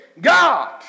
God